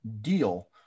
deal